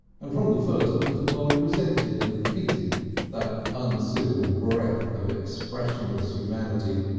and from the first mr. polly resented and hated that uncivil breadth of expressionless humanity,